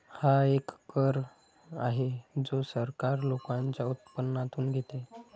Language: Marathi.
हा एक कर आहे जो सरकार लोकांच्या उत्पन्नातून घेते